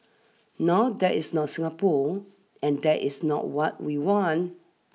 now that is not Singapore and that is not what we want